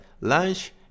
lunch